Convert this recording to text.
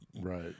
Right